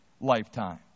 lifetime